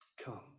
Come